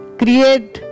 create